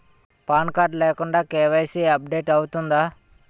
Pan card లేకుండా KYC update అవుతుందా?